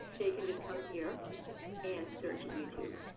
they can just come here and search at youtube.